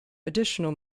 additional